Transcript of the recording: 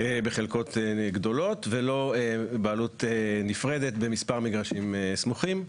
בחלקות גדולות ולא בעלות נפרדת במספר מגרשים סמוכים,